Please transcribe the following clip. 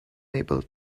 able